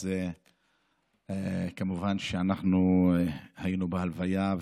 וכמובן שהיינו בהלוויה.